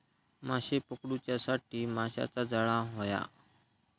माशे पकडूच्यासाठी माशाचा जाळां होया